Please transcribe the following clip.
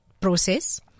process